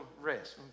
rest